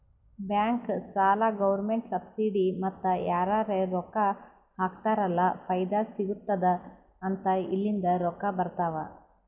bank, ಸಾಲ, government subsidy ಮತ್ತ ಯಾರರೇ ರೊಕ್ಕಾ ಹಾಕ್ತಾರ್ ಅಲ್ಲ ಫೈದಾ ಸಿಗತ್ತುದ್ ಅಂತ ಇಲ್ಲಿಂದ್ ರೊಕ್ಕಾ ಬರ್ತಾವ್